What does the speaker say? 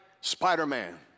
Spider-Man